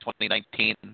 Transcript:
2019